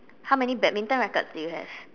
how many badminton rackets do you have